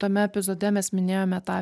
tame epizode mes minėjome tą